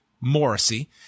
Morrissey